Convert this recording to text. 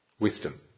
Wisdom